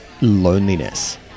loneliness